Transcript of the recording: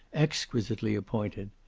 exquisitely appointed.